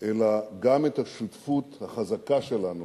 אלא גם את השותפות החזקה שלנו